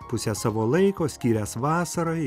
pusę savo laiko skyręs vasarai